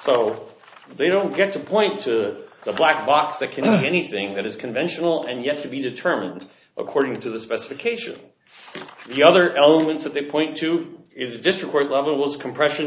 so they don't get to point to the black box that can be anything that is conventional and yet to be determined according to the specifications for the other elements that they point to if just record levels compression